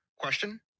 Question